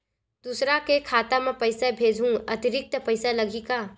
दूसरा के खाता म पईसा भेजहूँ अतिरिक्त पईसा लगही का?